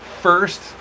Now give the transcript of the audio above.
first